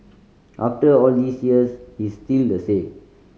after all these years he's still the same